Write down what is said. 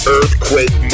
Earthquake